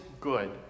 good